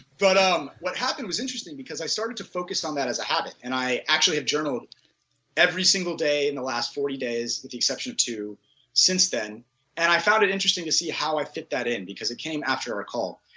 but um what happened was interesting because i started to focus on that as a habit and i actually have journaled every single day in the last forty days with the exception of two since then and i found it interesting to see how i fit that in. because it came after a call.